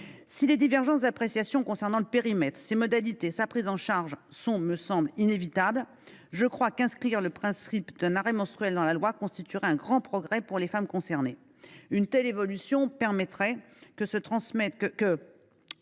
Si les divergences d’appréciation concernant le périmètre de cet arrêt maladie, ses modalités et sa prise en charge sont, me semble t il, inévitables, inscrire le principe d’un arrêt menstruel dans la loi constituerait un grand progrès pour les femmes concernées. Une telle évolution permettrait que